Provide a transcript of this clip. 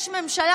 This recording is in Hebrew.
יש ממשלה,